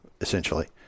essentially